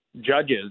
judges